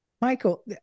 Michael